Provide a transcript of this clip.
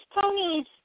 ponies